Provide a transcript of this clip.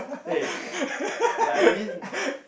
eh but I mean